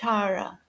Tara